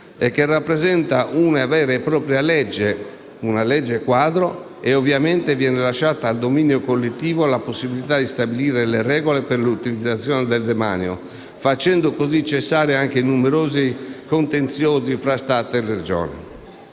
che rappresenta una vera e propria legge quadro e ovviamente viene lasciata al dominio collettivo la possibilità di stabilire le regole per l'utilizzazione del demanio, facendo così cessare anche i numerosi contenziosi fra Stato e Regioni.